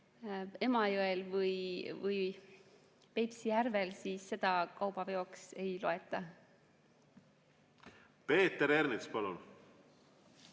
Emajõel või Peipsi järvel, siis seda kaubaveoks ei loeta. Peeter Ernits, palun!